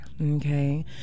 okay